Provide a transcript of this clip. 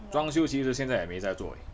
装修其实现在也没在做 eh